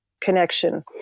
connection